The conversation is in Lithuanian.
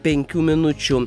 penkių minučių